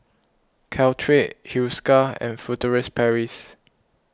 Caltrate Hiruscar and Furtere Paris